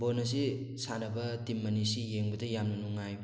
ꯕꯣꯜ ꯑꯁꯤ ꯁꯥꯟꯅꯕ ꯇꯤꯝ ꯑꯅꯤꯁꯤ ꯌꯦꯡꯕꯗ ꯌꯥꯝꯅ ꯅꯨꯡꯉꯥꯏ